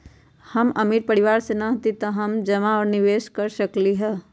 हम अमीर परिवार से न हती त का हम जमा और निवेस कर सकली ह?